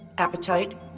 appetite